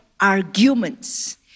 arguments